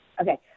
Okay